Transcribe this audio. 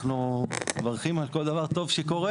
אנחנו מברכים על כל דבר טוב שקורה,